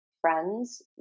friends